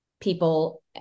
people